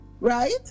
right